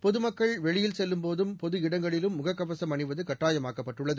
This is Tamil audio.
பொதுமக்கள் வெளியில் செல்லும்போதும் பொது இடங்களிலும் முகக்கவசம் அணிவது கட்டாயமாக்கப்பட்டுள்ளது